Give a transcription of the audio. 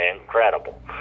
incredible